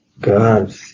God